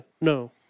no